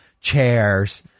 chairs